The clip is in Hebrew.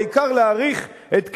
העיקר להאריך את כהונתו.